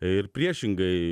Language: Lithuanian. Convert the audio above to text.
ir priešingai